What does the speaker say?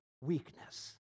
weakness